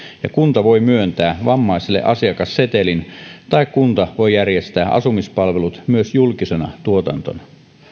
ja kunta voi myöntää vammaiselle asiakassetelin tai kunta voi järjestää asumispalvelut myös julkisena tuotantona